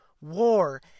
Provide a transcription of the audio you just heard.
war